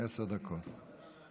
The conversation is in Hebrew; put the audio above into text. עשר דקות.